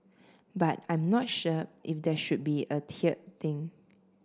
but I'm not sure if there should be a tiered thing